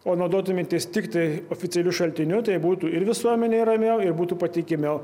o naudotumėtės tiktai oficialiu šaltiniu tai būtų ir visuomenei ramiau ir būtų patikimiau